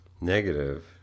Negative